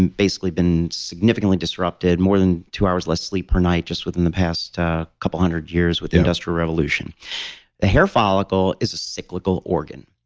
and basically, been significantly disrupted, more than two hours less sleep per night just within the past couple hundred years with the industrial revolution the hair follicle is a cyclical organ.